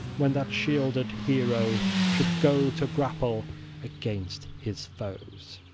when that shielded hero should go to grapple against his foes.